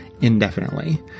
Indefinitely